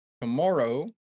tomorrow